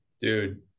Dude